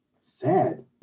sad